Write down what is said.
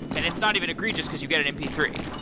and it's not even egregious, because you get an m p three.